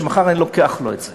שמחר אני לוקח לו את זה.